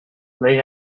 they